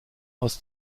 aus